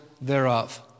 thereof